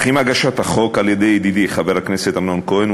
אך עם הגשת החוק על-ידי ידידי חבר הכנסת אמנון כהן,